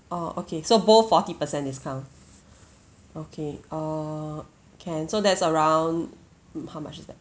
oh okay so both forty percent discount okay err can so that's around mm how much is that